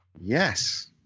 Yes